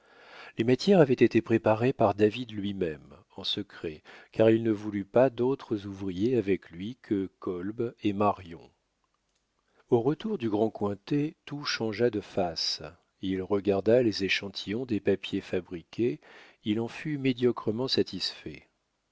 les matières avaient été préparées par david lui-même en secret car il ne voulut pas d'autres ouvriers avec lui que kolb et marion au retour du grand cointet tout changea de face il regarda les échantillons des papiers fabriqués il en fut médiocrement satisfait